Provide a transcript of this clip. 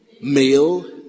Male